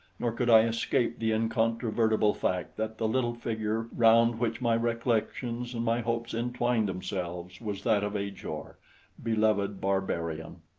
nor could i escape the incontrovertible fact that the little figure round which my recollections and my hopes entwined themselves was that of ajor beloved barbarian!